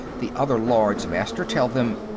the other lords-master tell them.